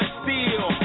steel